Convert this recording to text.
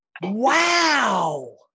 Wow